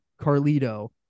Carlito